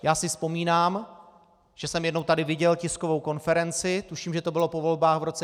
Já si vzpomínám, že jsem jednou tady viděl tiskovou konferenci tuším, že to bylo po volbách v roce 2006.